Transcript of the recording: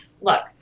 look